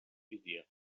visier